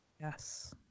yes